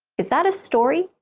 is that a story?